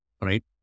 right